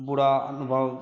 बुरा अनुभव